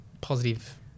positive